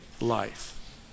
life